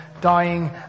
Dying